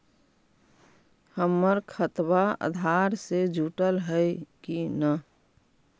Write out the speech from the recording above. हमर खतबा अधार से जुटल हई कि न?